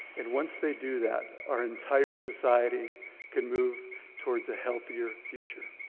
and once they do that, our entire society can move towards a healthier future.